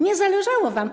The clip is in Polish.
Nie zależało wam.